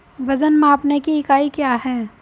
वजन मापने की इकाई क्या है?